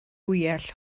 fwyell